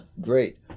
great